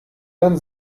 dann